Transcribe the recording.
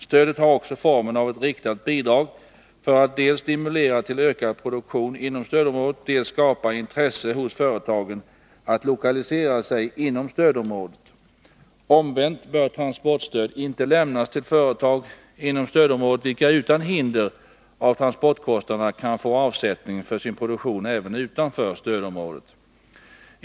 Stödet har också formen av ett riktat bidrag för att dels stimulera till ökad produktion inom stödområdet, dels skapa intresse hos företagen att lokalisera sig inom stödområdet. Omvänt bör transportstöd inte lämnas till företag inom stödområdet, vilka utan hinder av transportkostnaderna kan få avsättning för sin produktion även utanför stödområdet.